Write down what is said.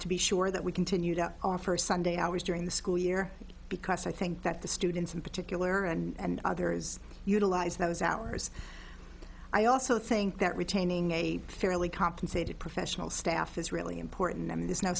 to be sure that we continue to offer sunday hours during the school year because i think that the students in particular and others utilize those hours i also think that retaining a fairly compensated professional staff is really important i mean there's no